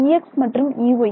Ex மற்றும் Ey